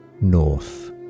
north